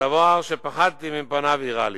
הדבר שפחדתי מפניו אירע לי.